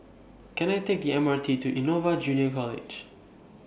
Can I Take M R T to Innova Junior College